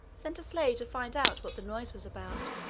sent a slave to find out what the noise was about,